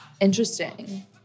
interesting